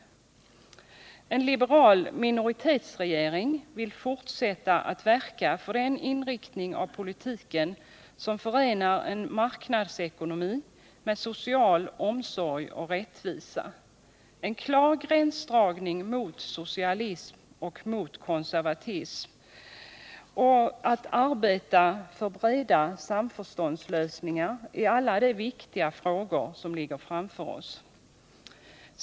En liberal minoritetsregering vill fortsätta att verka för den inriktning av politiken som förenar en marknadsekonomi med social omsorg och rättvisa, som har en klar gräns mot socialism och konservatism och arbetar för breda samförståndslösningar i alla de viktiga frågor som ligger framför oss.